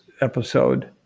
episode